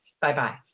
bye-bye